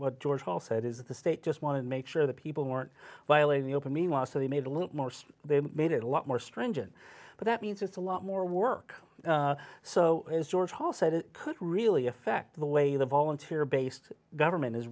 what george howell said is that the state just wanted to make sure that people weren't violating the open meanwhile so they made a little more so they made it a lot more stringent but that means it's a lot more work so as george hall said it could really affect the way the volunteer based government is